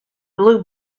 blue